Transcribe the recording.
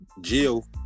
jill